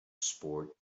sport